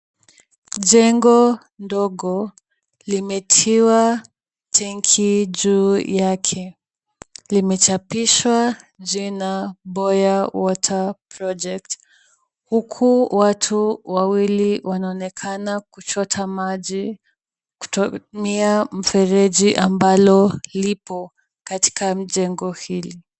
Jengo ndogo limetiwa tanki juu yake. Limechapishwa jina Boya Water Project huku watu wawili wanaonekana kuchota maji kutumia mfereji ambalo lipo katika mjengo hili.